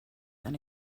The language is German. eine